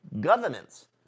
governance